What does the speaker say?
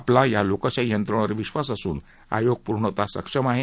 आपला या लोकशाही यंत्रणेवर विश्वास असून आयोग पूर्णतः सक्षम आहे